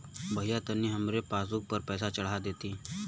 भईया तनि हमरे पासबुक पर पैसा चढ़ा देती